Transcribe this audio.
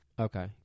Okay